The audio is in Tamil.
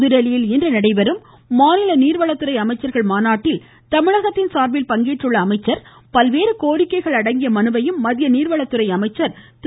புதுதில்லியில் இன்று நடைபெறும் மாநில நீர்வளத்துறை அமைச்சர்கள் மாநாட்டில் தமிழகத்தின் சார்பில் பங்கேற்றுள்ள அமைச்சர் பல்வேறு கோரிக்கைகள் அடங்கிய மனுவையும் மத்திய நீர்வளத்துறை அமைச்சர் திரு